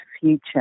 future